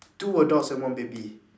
two adults and one baby